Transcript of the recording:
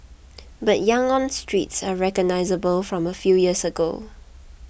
but Yangon's streets are unrecognisable from a few years ago